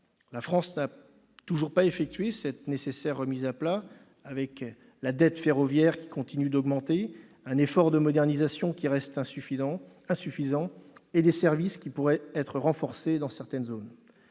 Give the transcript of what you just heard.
La France n'a toujours pas effectué cette nécessaire « remise à plat », avec une dette ferroviaire qui continue d'augmenter, un effort de modernisation qui reste insuffisant et des services qui pourraient être renforcés dans certaines zones.